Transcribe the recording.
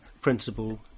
principle